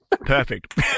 Perfect